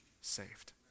saved